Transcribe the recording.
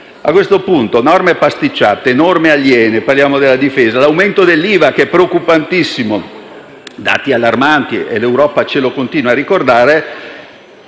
A questo punto, norme pasticciate, norme aliene come quelle sulla difesa, aumento dell'IVA che è molto preoccupante, dati allarmanti (e l'Europa ce lo continua a ricordare).